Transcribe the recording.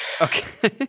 Okay